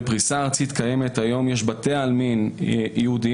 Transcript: בפריסה הארצית הקיימת היום יש בתי עלמין יהודיים,